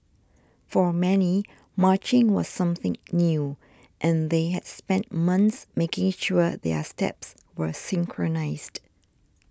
for many marching was something new and they had spent months making sure their steps were synchronised